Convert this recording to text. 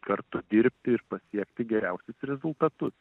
kartu dirbti ir pasiekti geriausius rezultatus